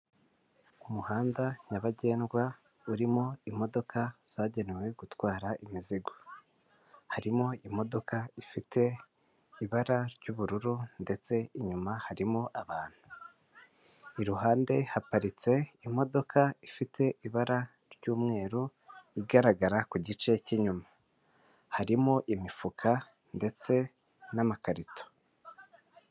Ku muhanda nyabagendwa urimo imodoka zagenewe gutwara imizigo, harimo imodoka ifite ibara ry'ubururu ndetse inyuma harimo abantu. Iruhande haparitse imodoka ifite ibara ry'umweru, igaragara ku gice cy'inyuma, harimo imifuka ndetse n'amakarito.